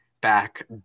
back